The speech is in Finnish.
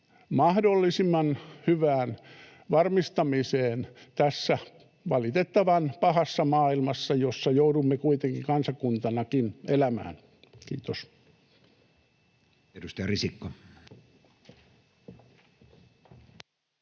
mahdollisimman hyväksi varmistamiseksi tässä valitettavan pahassa maailmassa, jossa joudumme kuitenkin kansakuntanakin elämään. — Kiitos.